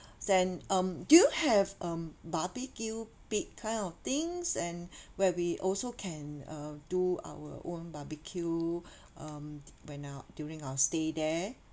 then um do you have um barbecue pit kind of things and where we also can uh do our own barbecue um when our during our stay there